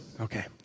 okay